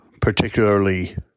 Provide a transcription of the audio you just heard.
particularly